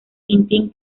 tintín